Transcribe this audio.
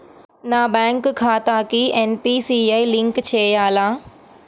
నా బ్యాంక్ ఖాతాకి NPCI link చేయాలా?